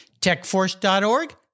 techforce.org